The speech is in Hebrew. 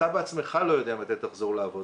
אתה בעצמך לא יודע מתי תחזרו לעבוד.